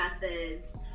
methods